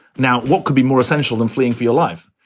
now, what could be more essential than fleeing for your life?